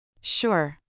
Sure